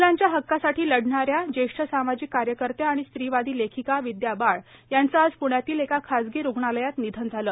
महिलांच्या हक्कासाठी लढणाऱ्या ज्येष्ठ सामाजिक कार्यकर्त्या आणि स्त्रीवादी लेखिका विद्या बाळ यांचं आज प्रण्यातील एका खाजगी रूग्णालयात निधन झालं